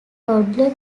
toddler